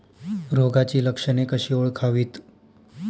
रोगाची लक्षणे कशी ओळखावीत?